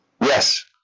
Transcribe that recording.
Yes